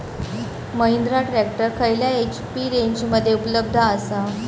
Mahindra tractor खयल्या HP रेंजमध्ये उपलब्ध आसा?